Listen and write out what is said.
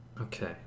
okay